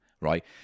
right